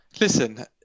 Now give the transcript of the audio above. Listen